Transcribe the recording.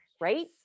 right